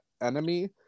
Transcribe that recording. enemy